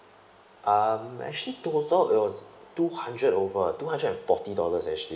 um actually total it was two hundred over two hundred and forty dollars actually